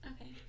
Okay